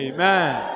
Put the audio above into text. Amen